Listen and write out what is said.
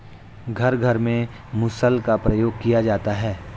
घर घर में मुसल का प्रयोग किया जाता है